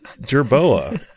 Jerboa